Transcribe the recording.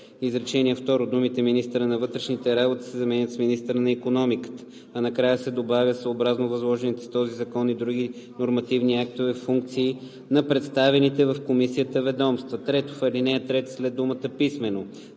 изречение второ думите „министъра на вътрешните работи“ се заменят с „министъра на икономиката“, а накрая се добавя „съобразно възложените с този закон и други нормативни актове функции на представените в комисията ведомства“. 3. В ал. 3 след думата „писмено“